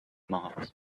mars